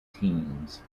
teams